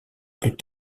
plus